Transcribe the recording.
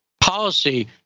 policy